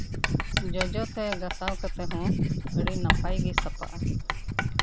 ᱡᱚᱡᱚᱛᱮ ᱜᱟᱥᱟᱣ ᱠᱟᱛᱮᱫ ᱦᱚᱸ ᱟᱹᱰᱤ ᱱᱟᱯᱟᱭ ᱜᱮ ᱥᱟᱯᱷᱟᱜᱼᱟ